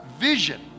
vision